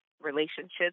relationships